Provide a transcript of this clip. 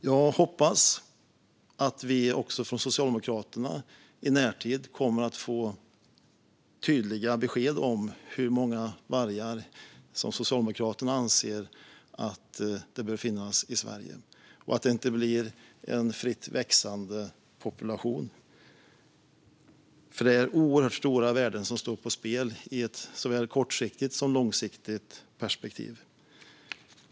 Jag hoppas att vi i närtid också från Socialdemokraterna kommer att få tydliga besked om hur många vargar de anser bör finnas i Sverige så att det inte blir en fritt växande population. Det är nämligen oerhört stora värden som står på spel, i ett såväl kort som långsiktigt perspektiv.